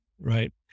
right